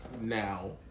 Now